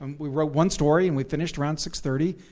um we wrote one story and we finished around six thirty,